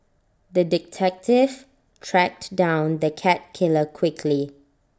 the detective tracked down the cat killer quickly